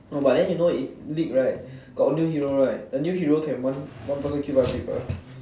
oh but then you know if league right got new hero right the hero can one person kill multiple people